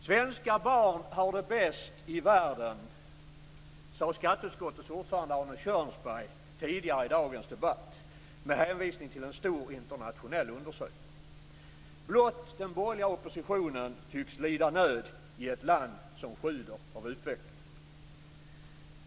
Svenska barn har det bäst i världen, sade skatteutskottets ordförande Arne Kjörnsberg tidigare i dagens debatt med hänvisning till en stor internationell undersökning. Blott den borgerliga oppositionen tycks lida nöd i ett land som sjuder av utveckling.